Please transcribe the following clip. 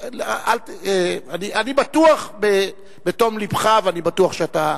אני בטוח בתום לבך ואני בטוח שאתה